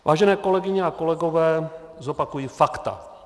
Vážené kolegyně a kolegové, zopakuji fakta.